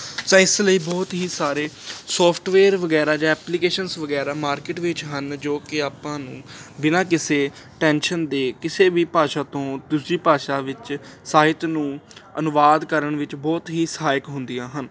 ਤਾਂ ਇਸ ਲਈ ਬਹੁਤ ਹੀ ਸਾਰੇ ਸੋਫਟਵੇਅਰ ਵਗੈਰਾ ਜਾਂ ਐਪਲੀਕੇਸ਼ਨਸ ਵਗੈਰਾ ਮਾਰਕੀਟ ਵਿੱਚ ਹਨ ਜੋ ਕਿ ਆਪਾਂ ਨੂੰ ਬਿਨਾਂ ਕਿਸੇ ਟੈਂਸ਼ਨ ਦੇ ਕਿਸੇ ਵੀ ਭਾਸ਼ਾ ਤੋਂ ਦੂਸਰੀ ਭਾਸ਼ਾ ਵਿੱਚ ਸਾਹਿਤ ਨੂੰ ਅਨੁਵਾਦ ਕਰਨ ਵਿੱਚ ਬਹੁਤ ਹੀ ਸਹਾਇਕ ਹੁੰਦੀਆਂ ਹਨ